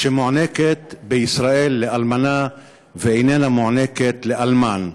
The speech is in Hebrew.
שמוענקת בישראל לאלמנה ואיננה מוענקת לאלמן.